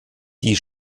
die